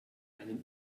einem